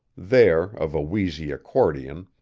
there of a wheezy accordion,